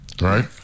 right